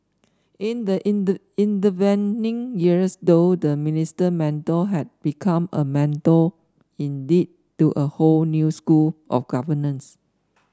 in the inter intervening years though the Minister Mentor had become a mentor indeed to a whole new school of governance